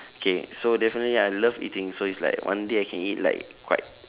okay so definitely I love eating so it's like one day I can eat like quite